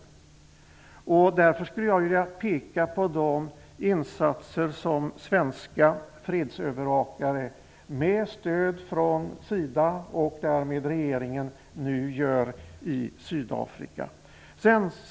Jag vill därför peka på de insatser som svenska fredsövervakare med stöd från SIDA och därmed regeringen nu gör i Sydafrika.